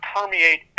permeate